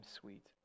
sweet